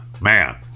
Man